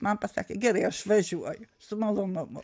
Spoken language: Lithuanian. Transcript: man pasakė gerai aš važiuoju su malonumu